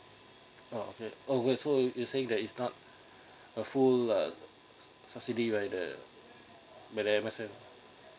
oh okay oh well so you saying that is not a full uh subsidy right by the M_S_F